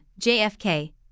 JFK